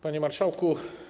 Panie Marszałku!